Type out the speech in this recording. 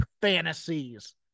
fantasies